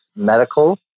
Medical